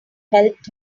helped